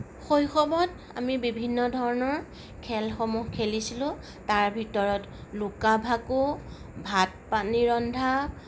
শৈশৱত আমি বিভিন্ন ধৰণৰ খেলসমূহ খেলিছিলোঁ তাৰ ভিতৰত লুকা ভাকু ভাত পানী ৰন্ধা